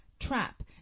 trap